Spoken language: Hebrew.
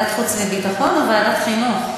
ועדת החוץ והביטחון או ועדת החינוך?